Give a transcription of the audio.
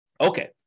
Okay